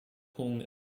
hung